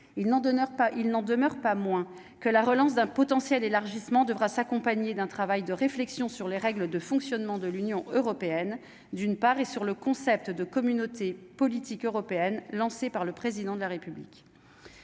il n'en demeure pas moins que la relance d'un potentiel élargissement devra s'accompagner d'un travail de réflexion sur les règles de fonctionnement de l'Union européenne d'une part, et sur le concept de communauté politique européenne lancée par le président de la République